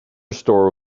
store